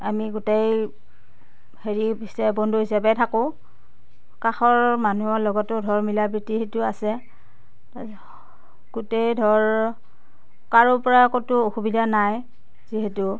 আমি গোটেই হেৰি পিছে বন্ধু হিচাপেই থাকোঁ কাষৰ মানুহৰ লগতো ধৰ মিলাপ্ৰীতি সেইটো আছে গোটেই ধৰ কাৰো পৰা ক'তো অসুবিধা নাই যিহেতু